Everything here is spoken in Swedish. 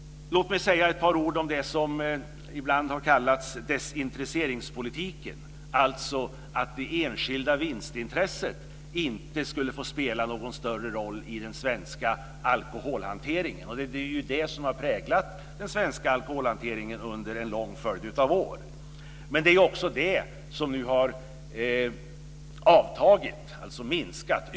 Låt mig säga ett par ord om det som ibland har kallats desintresseringspolitik, alltså att det enskilda vinstintresset inte skulle få spela någon större roll i den svenska alkoholhanteringen. Det är ju det som har präglat den svenska alkoholhanteringen under en lång följd av år. Men det är också det som nu har minskat.